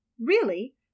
Really